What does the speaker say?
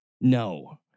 No